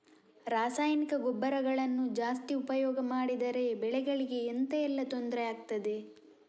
ರಾಸಾಯನಿಕ ಗೊಬ್ಬರಗಳನ್ನು ಜಾಸ್ತಿ ಉಪಯೋಗ ಮಾಡಿದರೆ ಬೆಳೆಗಳಿಗೆ ಎಂತ ಎಲ್ಲಾ ತೊಂದ್ರೆ ಆಗ್ತದೆ?